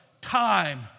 time